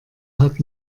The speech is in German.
hat